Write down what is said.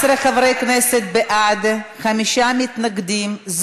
11 חברי כנסת בעד, חמישה מתנגדים.